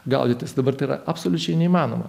gaudytis dabar tai yra absoliučiai neįmanoma